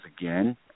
again